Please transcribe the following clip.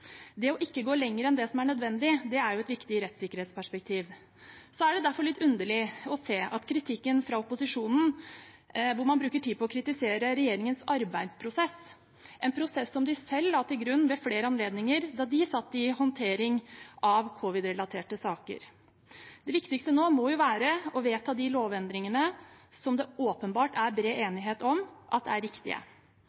Det ikke å gå lenger enn det som er nødvendig, er et viktig rettssikkerhetsperspektiv. Derfor er det litt underlig å se kritikken fra opposisjonen, som bruker tid på å kritisere regjeringens arbeidsprosess – en prosess de selv la til grunn ved flere anledninger da de satt med håndteringen av covid-relaterte saker. Det viktigste nå må være å vedta de lovendringene som det åpenbart er bred